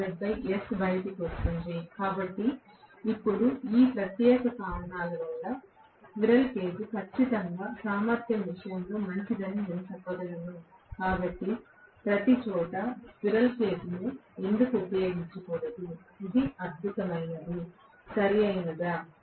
కాబట్టి ఇప్పుడు ఈ ప్రత్యేక కారణాల వల్ల స్క్విరెల్కేజ్ ఖచ్చితంగా సామర్థ్యం విషయంలో మంచిదని నేను చెప్పగలను కాబట్టి ప్రతిచోటా స్క్విరెల్ కేజ్ను ఎందుకు ఉపయోగించకూడదు ఇది అద్భుతమైనది సరియైనదా